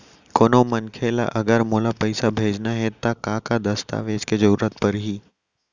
कोनो मनखे ला अगर मोला पइसा भेजना हे ता का का दस्तावेज के जरूरत परही??